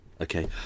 okay